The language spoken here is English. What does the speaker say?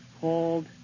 called